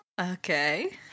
Okay